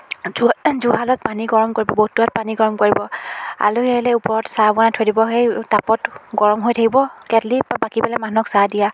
জু জুহালত পানী গৰম কৰিব বটুৱাত পানী গৰম কৰিব আলহী আহিলে ওপৰত চাহ বনাই থৈ দিব সেই তাপত গৰম হৈ থাকিব কেট্লিৰ পৰা বাকী পেলাই মানুহক চাহ দিয়া